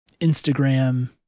Instagram